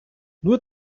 nur